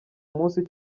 munsi